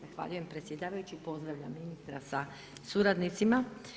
Zahvaljujem predsjedavajući, pozdravljam ministra sa suradnicima.